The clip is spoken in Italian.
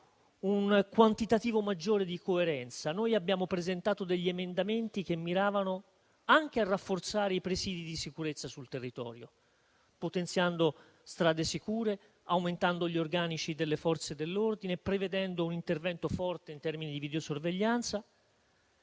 un quantitativo maggiore di coerenza. Abbiamo presentato degli emendamenti che miravano anche a rafforzare i presidi di sicurezza sul territorio, potenziando l'operazione "Strade sicure", aumentando gli organici delle Forze dell'ordine, prevedendo un intervento forte in termini di videosorveglianza.